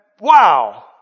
wow